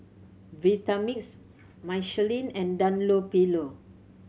Vitamix Michelin and Dunlopillo